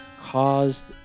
caused